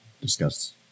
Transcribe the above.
discuss